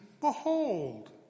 behold